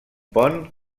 pont